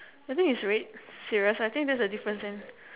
I think is red serious I think there is a difference